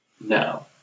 No